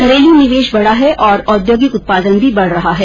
घरेलू निवेश बढ़ा है और औद्योगिक उत्पादन भी बढ़ रहा है